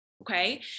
Okay